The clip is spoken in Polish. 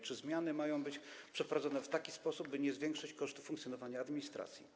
Czy zmiany mają być przeprowadzone w taki sposób, by nie zwiększyć kosztów funkcjonowania administracji?